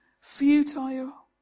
futile